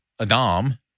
Adam